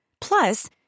Plus